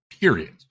period